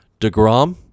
DeGrom